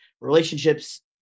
relationships